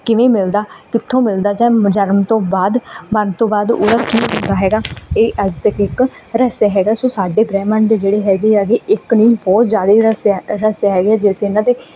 ਕਿਵੇਂ ਮਿਲਦਾ ਕਿੱਥੋਂ ਮਿਲਦਾ ਜਾਂ ਜਨਮ ਤੋਂ ਬਾਅਦ ਮਰਨ ਤੋਂ ਬਾਅਦ ਉਹਦਾ ਕੀ ਹੁੰਦਾ ਹੈਗਾ ਇਹ ਅੱਜ ਤੱਕ ਇੱਕ ਰਹੱਸ ਹੈਗਾ ਸੋ ਸਾਡੇ ਬ੍ਰਹਿਮੰਡ ਦੇ ਜਿਹੜੇ ਹੈਗੇ ਹੈਗੇ ਇੱਕ ਨਹੀਂ ਬਹੁਤ ਜ਼ਿਆਦਾ ਰਹੱਸ ਰਹੱਸ ਹੈਗੇ ਜੇ ਅਸੀਂ ਇਹਨਾਂ 'ਤੇ